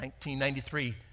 1993